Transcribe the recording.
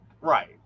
Right